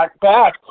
back